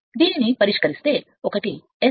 దీనిని పరిష్కరిస్తే ఒకటి Smax0